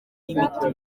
n’imiti